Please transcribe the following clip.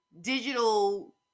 digital